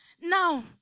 Now